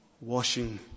Washing